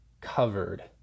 covered